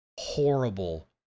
horrible